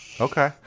Okay